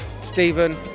Stephen